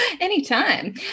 Anytime